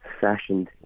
fashioned